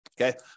okay